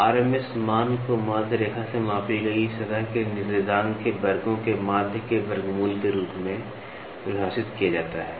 RMS मान को माध्य रेखा से मापी गई सतह के निर्देशांक के वर्गों के माध्य के वर्गमूल के रूप में परिभाषित किया जाता है